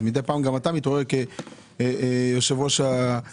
ומידי פעם גם אתה מתעורר כיושב-ראש הרשות.